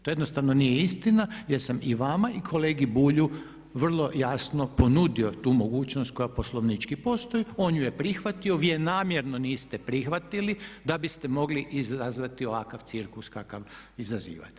To jednostavno nije istina jer sam i vama i kolegi Bulju vrlo jasno ponudio tu mogućnost koja poslovnički postoji, on ju je prihvatio vi je namjerno niste prihvatili da biste mogli izazvati ovakav cirkus kakav izazivate.